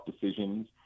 decisions